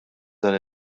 dan